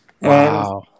Wow